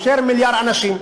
יותר ממיליארד אנשים,